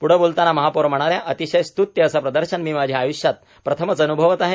पुढे बोलताना महापौच म्हणाल्या अतिशय स्त्युत्य असे प्रदर्शन मी माझ्या आयुष्यात प्रथमच अनुभवत आहे